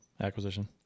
acquisition